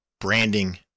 branding